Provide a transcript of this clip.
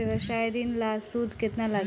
व्यवसाय ऋण ला सूद केतना लागी?